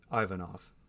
Ivanov